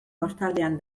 kostaldean